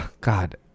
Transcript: God